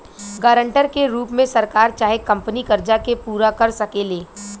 guarantor के रूप में सरकार चाहे कंपनी कर्जा के पूरा कर सकेले